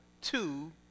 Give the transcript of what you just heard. two